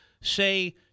say